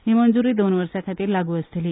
ही मंजुरी दोन वर्सां खातीर लागू आसतली